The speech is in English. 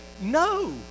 no